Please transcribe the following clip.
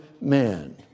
man